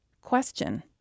question